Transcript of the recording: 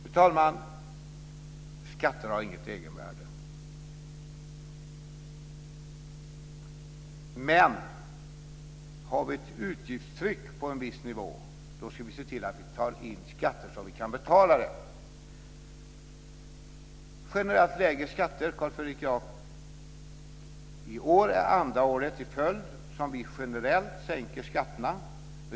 Fru talman! Skatter har inget egenvärde. Men om vi har ett utgiftstryck på en viss nivå ska vi se till att ta in skatter så att vi kan betala utgifterna. Carl Fredrik Graf talar om generellt lägre skatter. I år är andra året i följd som vi generellt sänker skatterna.